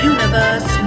Universe